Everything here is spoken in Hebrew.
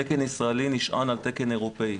תקן ישראלי נשען על תקן אירופאי,